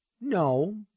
no